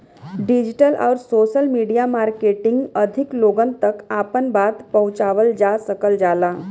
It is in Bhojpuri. डिजिटल आउर सोशल मीडिया मार्केटिंग अधिक लोगन तक आपन बात पहुंचावल जा सकल जाला